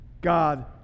God